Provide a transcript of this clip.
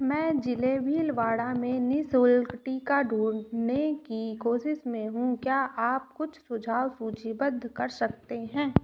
मैं जिले भीलवाड़ा में निश्शुल्क टीका ढूँढने की कोशिश में हूँ क्या आप कुछ सुझाव सूचीबद्ध कर सकते हैं